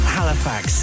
Halifax